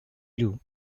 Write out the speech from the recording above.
you